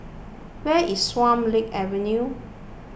where is Swan Lake Avenue